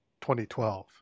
2012